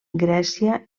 grècia